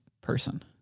person